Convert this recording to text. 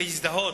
להזדהות,